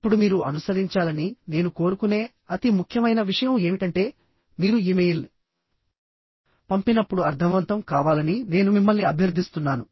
ఇప్పుడు మీరు అనుసరించాలని నేను కోరుకునే అతి ముఖ్యమైన విషయం ఏమిటంటే మీరు ఇమెయిల్ పంపినప్పుడు అర్ధవంతం కావాలని నేను మిమ్మల్ని అభ్యర్థిస్తున్నాను